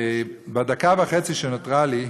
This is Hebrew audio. בדקה וחצי שנותרה לי,